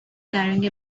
carrying